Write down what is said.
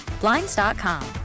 Blinds.com